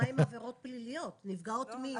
מה עם עבירות פליליות, נפגעות מין?